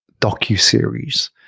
docu-series